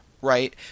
right